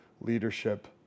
leadership